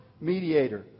mediator